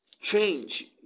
change